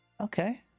Okay